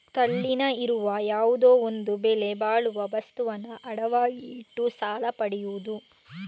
ತನ್ನಲ್ಲಿ ಇರುವ ಯಾವುದೋ ಒಂದು ಬೆಲೆ ಬಾಳುವ ವಸ್ತುವನ್ನ ಅಡವಾಗಿ ಇಟ್ಟು ಸಾಲ ಪಡಿಯುದು